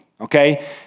okay